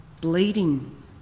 bleeding